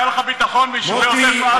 היה לך ביטחון ביישובי עוטף עזה.